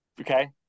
Okay